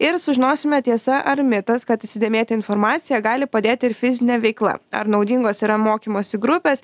ir sužinosime tiesa ar mitas kad įsidėmėti informaciją gali padėti ir fizinė veikla ar naudingos yra mokymosi grupės